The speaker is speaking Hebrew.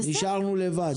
נשארנו לבד.